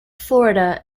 florida